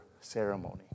ceremony